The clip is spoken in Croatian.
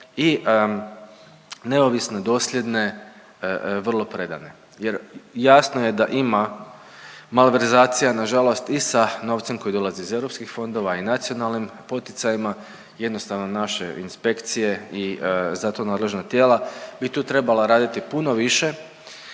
i neovisne, dosljedne, vrlo predane. Jer jasno je da ima malverzacija na žalost i sa novcem koji dolazi iz europskih fondova i nacionalnim poticajima. Jednostavno naše inspekcije i za to nadležna tijela bi tu trebala raditi puno više